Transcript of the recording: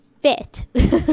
fit